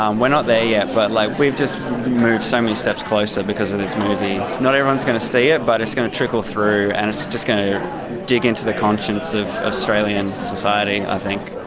um we're not not there yet, but like we've just moved so many steps closer because of this movie. not everyone is going to see it but it's going to trickle through and it's just going to dig into the conscience of australian society i think.